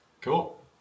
Cool